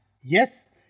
Yes